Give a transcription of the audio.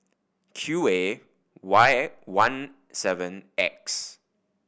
Q A Y one seven X